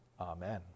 Amen